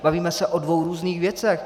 Bavíme se o dvou různých věcech.